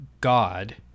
God